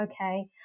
okay